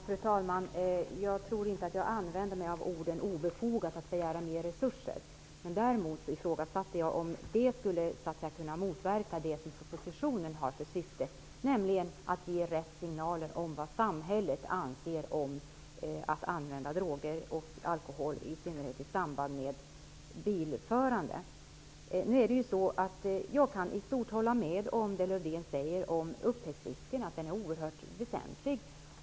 Fru talman! Jag tror inte att jag sade att det var ''obefogat att begära mer resurser''. Däremot ifrågasatte jag om det skulle kunna motverka det som propositionen har som syfte, nämligen att ge rätt signaler om vad samhället anser om att man använder droger och i synnerhet alkohol i samband med bilförande. Jag kan i stort hålla med om det Lars-Erik Lövdén säger om att upptäcktsrisken är oerhört väsentlig.